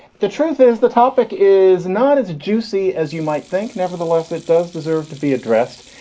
the truth is the topic is not as juicy as you might think. nevertheless, it does deserve to be addressed.